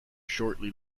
shortly